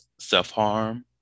self-harm